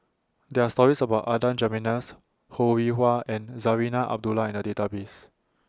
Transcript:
There Are stories about Adan Jimenez Ho Rih Hwa and Zarinah Abdullah in The Database